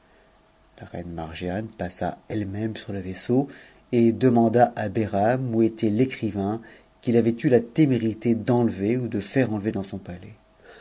la reine margiane passa elle-même sur le vaisseau et demanda behram où était l'écrivain qu'il avait eu la témérité d'enlever ou de faire enlever dans son palais